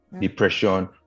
depression